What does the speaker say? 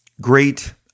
Great